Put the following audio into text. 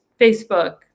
Facebook